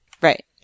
Right